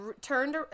turned